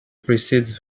precedes